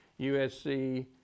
USC